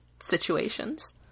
situations